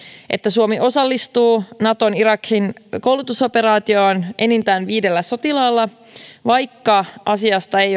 että suomi osallistuu naton koulutusoperaatioon irakissa enintään viidellä sotilaalla vaikka asiasta ei